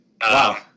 Wow